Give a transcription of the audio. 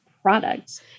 products